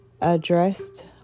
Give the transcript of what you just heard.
addressed